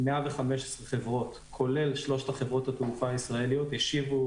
115 חברות כולל שלושת חברות התעופה הישראליות השיבו